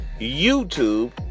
youtube